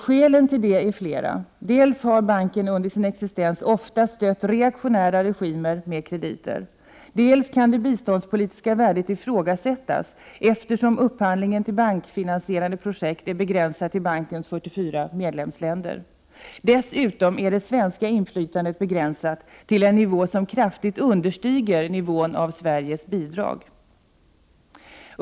Skälen till detta är flera, dels har banken under sin existens ofta stött reaktionära regimer med krediter, dels kan det biståndspolitiska värdet ifrågasättas, eftersom upphandlingen till bankfinansierade projekt är begränsad till bankens 44 medlemsländer. Dessutom är det svenska inflytandet begränsat till en nivå som kraftigt understiger nivån på Sveriges bidrag.